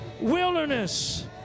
wilderness